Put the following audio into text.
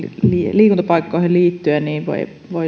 liikuntapaikkoihin liittyen